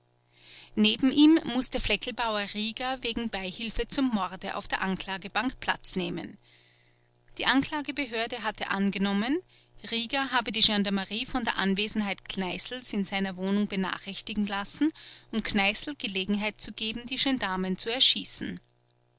neben ihm mußte fleckelbauer rieger wegen beihilfe zum morde auf der anklagebank platz nehmen die anklagebehörde hatte angenommen rieger habe die gendarmerie von der anwesenheit kneißls in seiner wohnung benachrichtigen lassen um kneißl gelegenheit zu geben die gendarmen zu erschießen